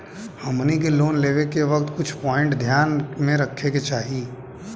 हमनी के लोन लेवे के वक्त कुछ प्वाइंट ध्यान में रखे के चाही